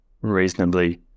reasonably